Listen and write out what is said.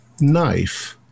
knife